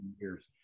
years